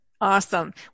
Awesome